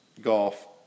golf